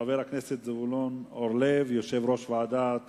חבר הכנסת זבולון אורלב, יושב-ראש ועדת החינוך,